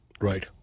right